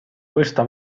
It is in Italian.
questa